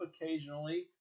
occasionally